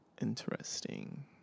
interesting